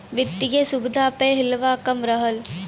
वित्तिय सुविधा प हिलवा कम रहल